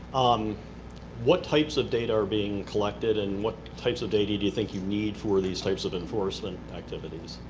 um what types of data are being collected, and what types of data do think you need for these types of enforcement activities?